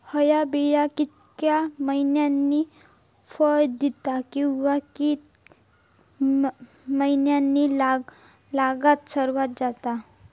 हया बिया कितक्या मैन्यानी फळ दिता कीवा की मैन्यानी लागाक सर्वात जाता?